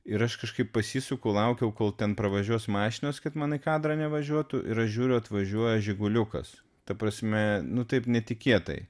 ir aš kažkaip pasisuku laukiau kol ten pravažiuos mašinos kad man į kadrą nevažiuotų ir žiūriu atvažiuoja žiguliukas ta prasme nu taip netikėtai